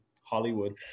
Hollywood